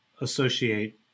associate